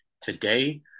Today